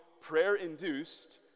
prayer-induced